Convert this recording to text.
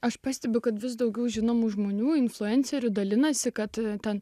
aš pastebiu kad vis daugiau žinomų žmonių influencerių dalinasi kad ten